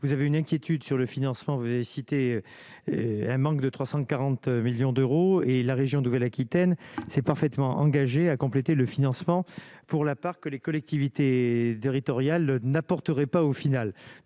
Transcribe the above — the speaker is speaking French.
vous avez une inquiétude sur le financement, vous avez cité un manque de 340 millions d'euros et la région Nouvelle-Aquitaine c'est parfaitement engagée à compléter le financement pour la part que les collectivités territoriales n'apporterait pas au final,